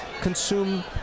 consume